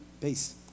Peace